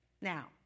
now